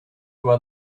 where